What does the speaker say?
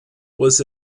was